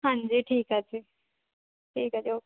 ਹਾਂਜੀ ਠੀਕ ਹੈ ਜੀ ਠੀਕ ਹੈ ਜੀ ਓ